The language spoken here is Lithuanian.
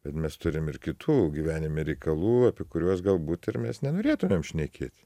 bet mes turim ir kitų gyvenime reikalų apie kuriuos galbūt ir mes nenorėtumėm šnekėti